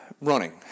Running